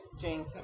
Jane